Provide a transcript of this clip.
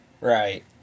Right